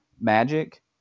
Magic